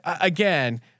again